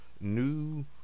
New